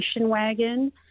wagon